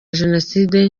jenoside